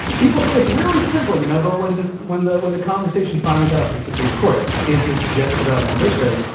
people say it's really simple, you know? but when this when the when the conversation finally got up to the supreme court is this just about militias,